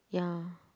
ya